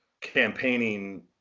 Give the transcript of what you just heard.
campaigning